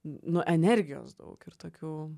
nu energijos daug ir tokių